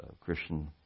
Christian